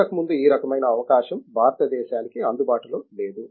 ఇంతకుముందు ఈ రకమైన అవకాశం భారతదేశానికి అందుబాటులో లేదు